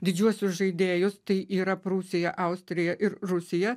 didžiuosius žaidėjus tai yra prūsija austrija ir rusija